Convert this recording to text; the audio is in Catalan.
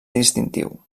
distintiu